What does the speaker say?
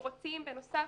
בנוסף,